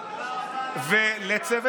ולראש